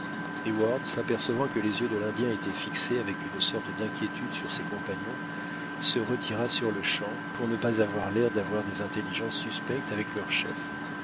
s'apercevant que les yeux de l'indien étaient fixés avec une sorte d'inquiétude sur ses compagnons se retira surle-champ pour ne pas avoir l'air d'avoir des intelligences suspectes avec leur chef